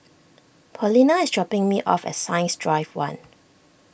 Paulina is dropping me off at Science Drive one